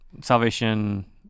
salvation